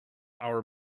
our